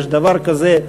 יש דבר כזה,